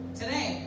today